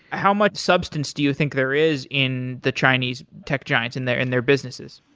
how much substance do you think there is in the chinese tech giants and their and their businesses?